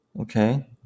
Okay